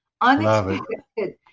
unexpected